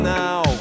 now